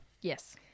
Yes